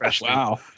Wow